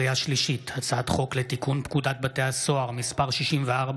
לקריאה שנייה ולקריאה שלישית: הצעת חוק לתיקון פקודת בתי הסוהר (מס׳ 64,